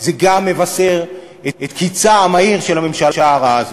זה גם מבשר את קצה המהיר של הממשלה הרעה הזאת.